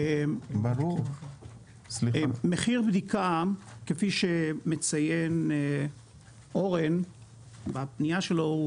מחיר בדיקה כפי שמציין אורן בפניה שלו,